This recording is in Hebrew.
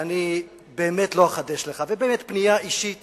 אני באמת לא אחדש לך, ובאמת פנייה אישית